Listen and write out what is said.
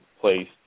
place